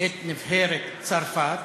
את נבחרת צרפת,